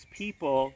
people